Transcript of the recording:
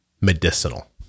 medicinal